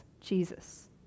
Jesus